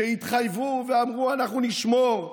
שהתחייבו ואמרו: אנחנו נשמור,